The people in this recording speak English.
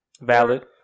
Valid